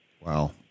Wow